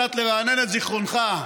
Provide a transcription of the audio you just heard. קצת לרענן את זיכרונך,